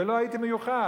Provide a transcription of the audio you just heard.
ולא הייתי מיוחס.